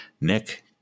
nick